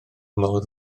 modd